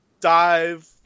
dive